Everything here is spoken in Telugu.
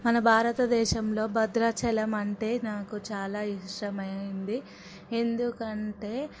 మన భారతదేశంలో భద్రాచలం అంటే నాకు చాలా ఇష్టమైంది ఎందుకంటే